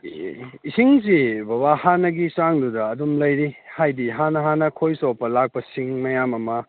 ꯏꯁꯤꯡꯁꯤ ꯕꯕꯥ ꯍꯥꯟꯅꯒꯤ ꯆꯥꯡꯗꯨꯗ ꯑꯗꯨꯝ ꯂꯩꯔꯤ ꯍꯥꯏꯗꯤ ꯍꯥꯟꯅ ꯍꯥꯟꯅ ꯈꯣꯏ ꯆꯣꯞꯄ ꯂꯥꯛꯄꯁꯤꯡ ꯃꯌꯥꯝ ꯑꯃ